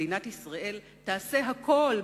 מדינת ישראל תעשה הכול,